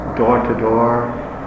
door-to-door